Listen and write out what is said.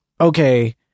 okay